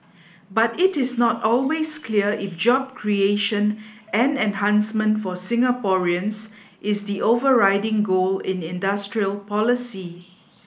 but it is not always clear if job creation and enhancement for Singaporeans is the overriding goal in industrial policy